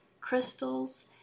crystals